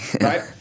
right